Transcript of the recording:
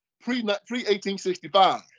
pre-1865